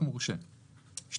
אנחנו נדון באותם סעיפים באופן פרטני,